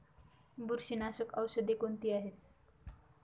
बुरशीनाशक औषधे कोणती आहेत?